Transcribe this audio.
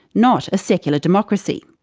not a secular democracy.